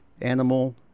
animal